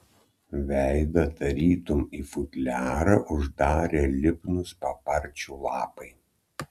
veidą tarytum į futliarą uždarė lipnūs paparčių lapai